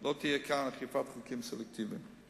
לא תהיה כאן אכיפת חוקים סלקטיבית.